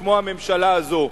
כמו הממשלה הזאת.